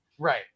right